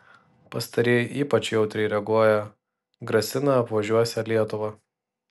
pastarieji ypač jautriai reaguoja grasina apvažiuosią lietuvą